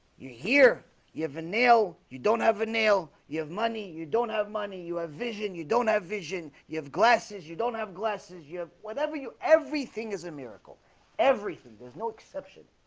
you hear you have a nail you don't have a nail you have money you don't have money you have vision you don't have vision you have glasses. you don't have glasses you whatever you everything is a miracle everything there's no exception